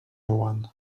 one